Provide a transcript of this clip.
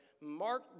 Mark